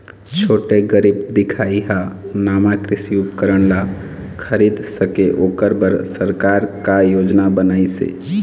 छोटे गरीब दिखाही हा नावा कृषि उपकरण ला खरीद सके ओकर बर सरकार का योजना बनाइसे?